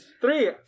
Three